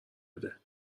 بده